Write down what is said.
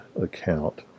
account